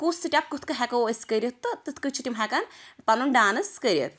کُس سٹیٚپ کتھ کنۍ ہیٚکو أسۍ کٔرِتھ تہٕ کتھ کنۍ چھِ تِم ہیٚکان پنن ڈانس کٔرِتھ